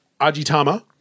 Ajitama